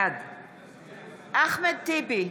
בעד אחמד טיבי,